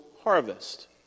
harvest